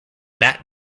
that